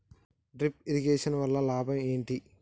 Drip irrigation వల్ల లాభం ఏంటి?